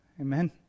Amen